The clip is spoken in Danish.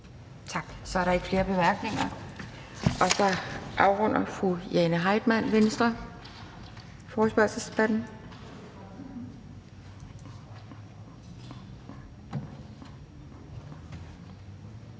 Tak. Så er der ikke flere korte bemærkninger. Så afrunder fru Jane Heitmann, Venstre, forespørgselsdebatten. Kl.